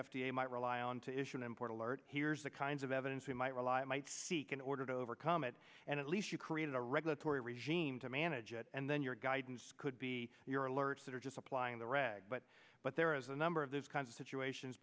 a might rely on to issue an import a large here's the kinds of evidence we might rely it might seek in order to overcome it and at least to create a regulatory regime to manage it and then your guidance could be your alerts that are just applying the reg but but there is a number of those kinds of situations